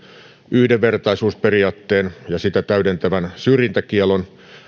yhdenvertaisuusperiaatteen ja sitä täydentävän syrjintäkiellon